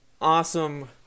awesome